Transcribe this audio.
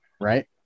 right